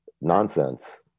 Nonsense